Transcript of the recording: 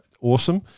awesome